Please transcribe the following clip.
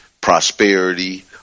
prosperity